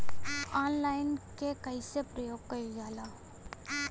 Online के कइसे प्रयोग कइल जाला?